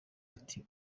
ati